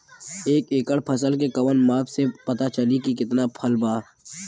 एक एकड़ फसल के कवन माप से पता चली की कितना फल बा?